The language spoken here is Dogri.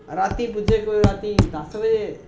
राती पुज्जे कोई राती दस्स बजे